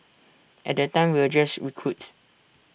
at that time we were just recruits